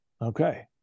okay